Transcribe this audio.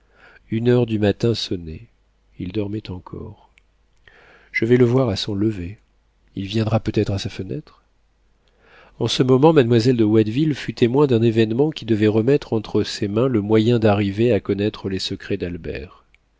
une heure du matin sonnait il dormait encore je vais le voir à son lever il viendra peut-être à sa fenêtre en ce moment mademoiselle de watteville fut témoin d'un événement qui devait remettre entre ses mains le moyen d'arriver à connaître les secrets d'albert